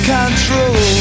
control